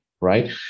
right